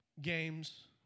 Games